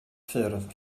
ffyrdd